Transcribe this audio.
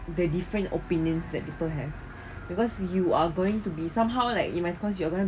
the different opinions that people have because you are going to be somehow like you my course you are going to